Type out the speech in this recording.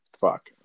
fuck